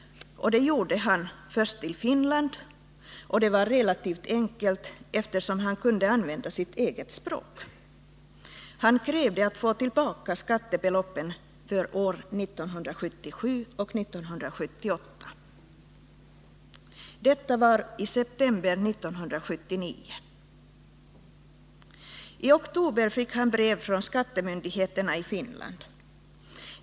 Det gjorde han först i Finland, vilket var relativt enkelt, eftersom han kunde använda sitt eget språk. Han krävde att få tillbaka skattebeloppen för år 1977 och 1978. Detta var i september 1979. I oktober fick han brev från skattemyndigheterna i Finland.